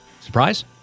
Surprise